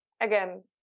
again